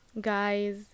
guys